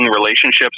relationships